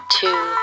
two